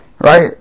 right